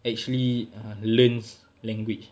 actually err learns language